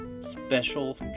special